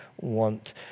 want